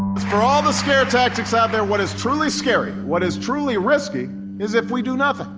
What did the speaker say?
for all the scare tactics out there what is truly scary, what is truly risky is if we do not have it.